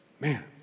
Man